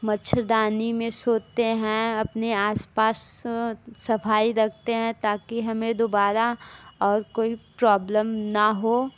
मच्छरदानी में सोतें हैं अपने आसपास सफाई रखते हैं ताकि हमें दुबारा और कोई प्रॉब्लम न हो